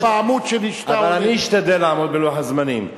אבל אני אשתדל לעמוד בלוח הזמנים.